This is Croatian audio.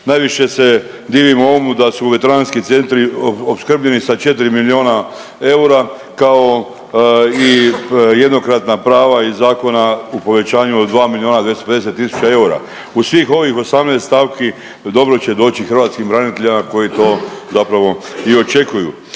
Najviše se divim ovomu da su veteranski centri opskrbljeni sa 4 miliona eura kao i jednokratna prava iz zakona u povećanju od 2 miliona 250 tisuća eura. U svih ovih 18 stavki dobro će doći hrvatskim braniteljima koji to zapravo i očekuju.